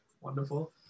Wonderful